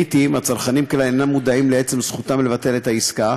לעתים הצרכנים כלל אינם מודעים לזכותם לבטל את העסקה,